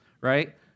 right